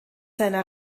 seiner